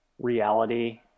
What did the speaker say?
reality